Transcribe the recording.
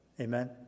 Amen